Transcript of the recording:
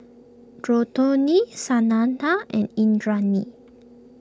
Santha and Indranee